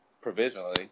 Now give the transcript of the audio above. provisionally